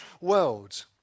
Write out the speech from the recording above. world